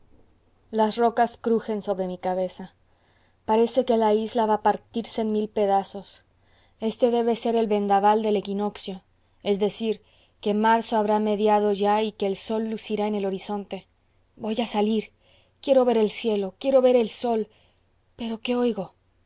las rocas crujen sobre mi cabeza parece que la isla va a partirse en mil pedazos este debe de ser el vendaval del equinoccio es decir que marzo habrá mediado ya y que el sol lucirá en el horizonte voy a salir quiero ver el cielo quiero ver el sol pero qué oigo